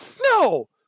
no